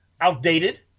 outdated